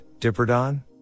dipperdon